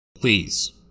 Please